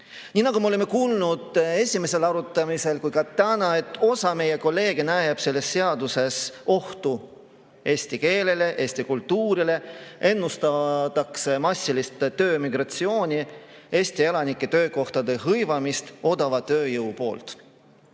Nii nagu me oleme kuulnud nii esimesel arutamisel kui ka täna, osa meie kolleege näeb selles seaduses ohtu eesti keelele, eesti kultuurile. Ennustatakse massilist töömigratsiooni ja seda, Eesti elanike töökohad hõivab odava tööjõud.